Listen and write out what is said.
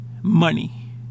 money